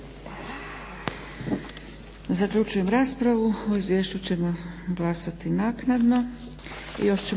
Zaključujem raspravu. O izvješću ćemo glasati naknadno.